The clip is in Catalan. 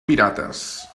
pirates